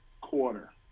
quarter